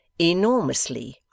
Enormously